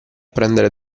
prendere